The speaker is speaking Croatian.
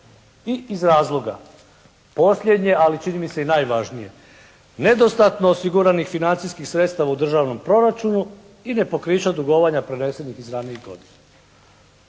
i iz razloga posljednje, ali čini mi se i najvažnije. Nedostatno osiguranih financijskih sredstava u državnom proračunu i nepokrića dugovanja prvenstvenih iz ranijih godina.